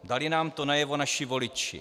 Dali nám to najevo naši voliči.